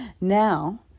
now